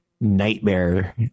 nightmare